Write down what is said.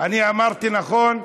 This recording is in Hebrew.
אני אמרתי נכון?